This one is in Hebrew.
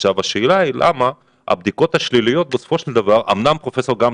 השאלה היא למה בסופו של דבר בדיקות שליליות אמנם